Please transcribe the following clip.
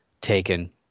taken